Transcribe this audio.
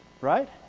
right